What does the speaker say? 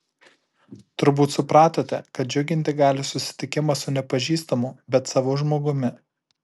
turbūt supratote kad džiuginti gali susitikimas su nepažįstamu bet savu žmogumi